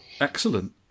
Excellent